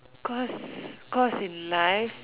cause cause in life